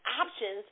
options